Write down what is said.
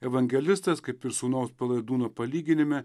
evangelistas kaip ir sūnaus palaidūno palyginime